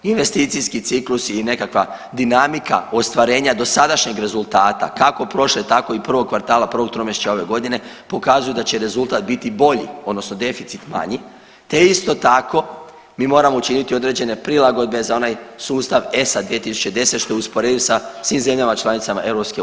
Investicijski ciklus i nekakva dinamika ostvarenja dosadašnjeg rezultata kako prošle tako i prvog kvartala, prvog tromjesečja ove godine pokazuju da će rezultat biti bolji odnosno deficit manji te isto tako mi moramo učiniti određene prilagodbe za onaj sustav ESA 2010. što je usporediv sa svim zemljama članicama EU.